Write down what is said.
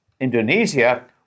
Indonesia